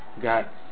got